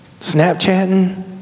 Snapchatting